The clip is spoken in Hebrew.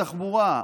התחבורה,